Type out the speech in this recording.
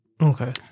Okay